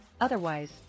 Otherwise